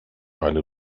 eine